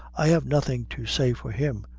i have nothing to say for him,